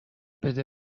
بده